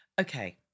Okay